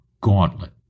gauntlet